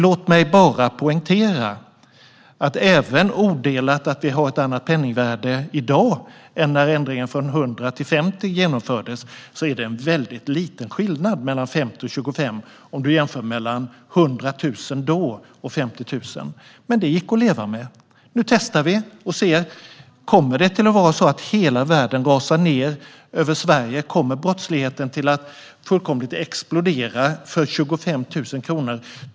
Låt mig bara poängtera att det, oaktat att vi har ett annat penningvärde i dag än när ändringen från 100 till 50 genomfördes, är väldigt liten skillnad mellan 50 och 25, jämfört med mellan 100 000 och 50 000 då. Och det gick att leva med. Nu testar vi och ser. Blir det så att hela världen rasar ned över Sverige och brottsligheten fullkomligt exploderar för 25 000 kronor?